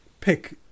pick